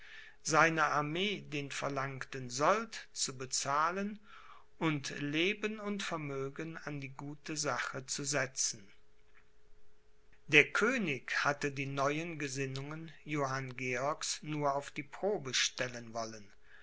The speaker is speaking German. seiner armee den verlangten sold zu bezahlen und leben und vermögen an die gute sache zu setzen der könig hatte die neuen gesinnungen johann georgs nur auf die probe stellen wollen